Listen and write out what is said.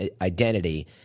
identity